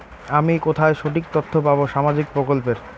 আমি কোথায় সঠিক তথ্য পাবো সামাজিক প্রকল্পের?